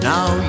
Now